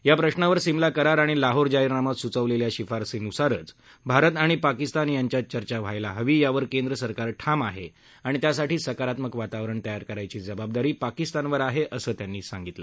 या प्रश्नावर सिमला करार आणि लाहोर जाहिरनाम्यात स्चवलेल्या शिफारसीन्सारच भारत आणि पाकिस्तान यांच्यात चर्चा व्हायला हवी यावर केंद्र सरकार ठाम आहे आणि त्यासाठी सकारात्मक वातावरण तयार करायची जबाबदारी पाकिस्तानवर आहे असं त्यांनी सांगितलं